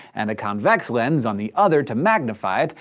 and a convex lens on the other to magnify it,